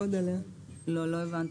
לא הבנתי.